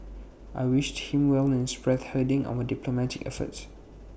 I wish him well in spearheading our diplomatic efforts